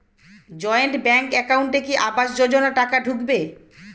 Joint bank একাউন্টে কি আবাস যোজনা টাকা ঢুকবে?